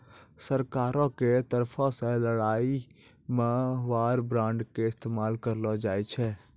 सरकारो के तरफो से लड़ाई मे वार बांड के इस्तेमाल करलो जाय छै